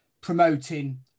promoting